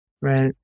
Right